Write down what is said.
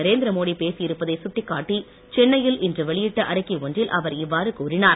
நரேந்திர மோடி பேசியிருப்பதை சுட்டிக் காட்டி சென்னையில் இன்று வெளியிட்ட அறிக்கை ஒன்றில் அவர் இவ்வாறு கூறினார்